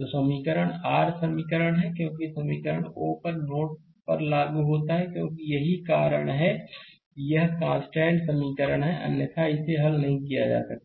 यह समीकरण r समीकरण है क्योंकि समीकरण O पर नोड पर लागू होता है क्योंकि यही कारण है कि यह एक कांस्टेंट समीकरण है अन्यथा इसे हल नहीं किया जा सकता